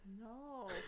No